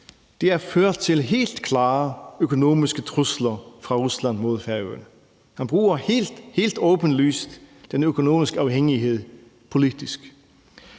har ført til helt klare økonomiske trusler fra Rusland mod Færøerne. Man bruger helt, helt åbenlyst den økonomiske afhængighed politisk.